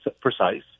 precise